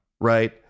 Right